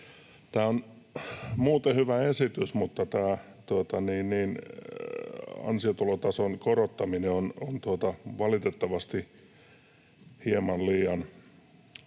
Tämä on muuten hyvä esitys, mutta tämä ansiotulotason korottaminen on valitettavasti hieman liian